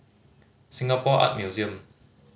Singapore Art Museum